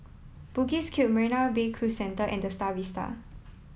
Bugis Cube Marina Bay Cru Centre and The Star Vista